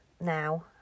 now